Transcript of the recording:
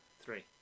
Three